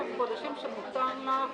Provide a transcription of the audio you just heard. תודה,